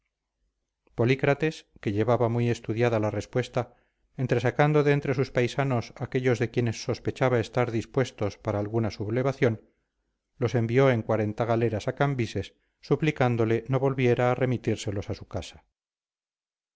egipto polícrates que llevaba muy estudiada la respuesta entresacando de entre sus paisanos aquellos de quienes sospechaba estar dispuestos para alguna sublevación los envió en galeras a cambises suplicándole no volviera a remitírselos a su casa